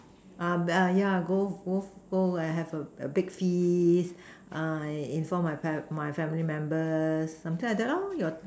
oh yeah go go go and have a a big feast I inform my pear my family members something like that your